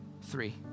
three